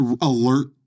alert